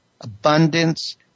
abundance